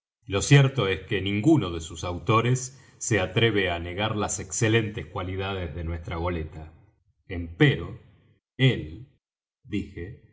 lo cierto es que ninguno de sus autores se atreve á negar las excelentes cualidades de nuestra goleta empero él dije